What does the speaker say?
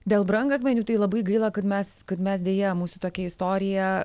dėl brangakmenių tai labai gaila kad mes kaip mes deja mūsų tokia istorija